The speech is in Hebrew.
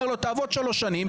אומר לו "תעבוד 3 שנים",